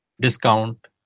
discount